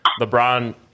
LeBron